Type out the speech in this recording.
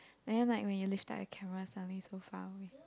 and then like when you reach out it can run somewhere so far away